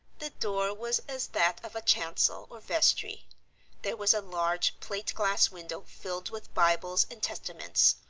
the door was as that of a chancel or vestry there was a large plate-glass window filled with bibles and testaments,